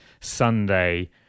Sunday